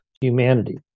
humanity